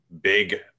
big